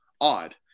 odd